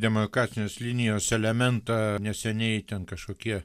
demarkacinės linijos elementą neseniai ten kažkokie